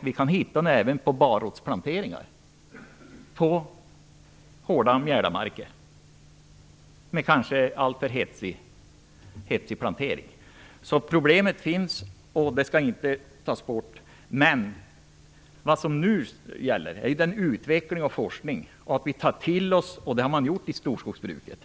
Problemet kan finnas även på andra marker med alltför hetsig plantering. Vad som nu gäller är att man tar till sig den utveckling och forskning som sker, och det har man gjort inom skogsvårdsbruket.